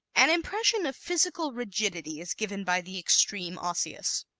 an impression of physical rigidity is given by the extreme osseous.